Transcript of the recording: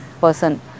person